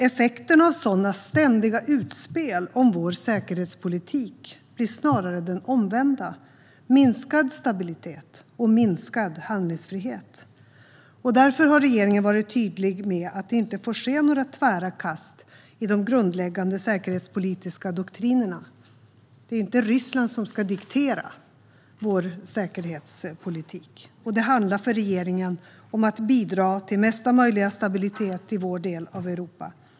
Effekterna av sådana ständiga utspel om vår säkerhetspolitik blir snarare de omvända: minskad stabilitet och minskad handlingsfrihet. Därför har regeringen varit tydlig med att det inte får ske några tvära kast i de grundläggande säkerhetspolitiska doktrinerna. Ryssland ska inte diktera vår säkerhetspolitik. För regeringen handlar det om att bidra till mesta möjliga stabilitet i vår del av Europa.